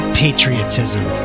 patriotism